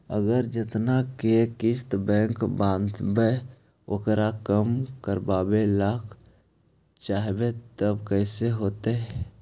अगर जेतना के किस्त बैक बाँधबे ओकर कम करावे ल चाहबै तब कैसे होतै?